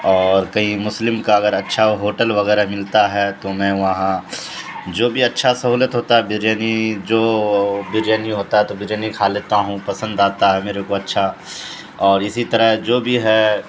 اور کہیں مسلم کا اگر اچھا ہوٹل وغیرہ ملتا ہے تو میں وہاں جو بھی اچھا سہولت ہوتا ہے بریانی جو بریانی ہوتا ہے تو بریانی کھا لیتا ہوں پسند آتا ہے میرے کو اچھا اور اسی طرح جو بھی ہے